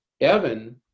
Evan